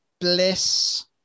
Bliss